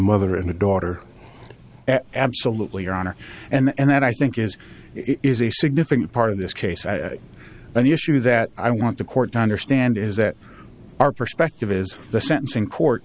mother and a daughter absolutely your honor and that i think is is a significant part of this case and the issue that i want the court to understand is that our perspective is the sentencing court